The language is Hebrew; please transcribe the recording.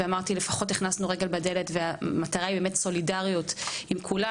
ושמחתי שלפחות ״הכנסו רגל בדלת״ והמטרה היא באמת סולידריות עם כולם